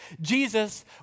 Jesus